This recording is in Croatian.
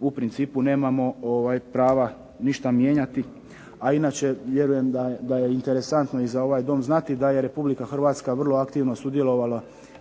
u principu nemamo prava ništa mijenjati. A inače vjerujem da je interesantno i za ovaj dom znati da je Republika Hrvatska vrlo aktivno sudjelovala